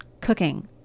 cooking